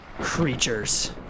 creatures